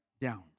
downs